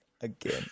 Again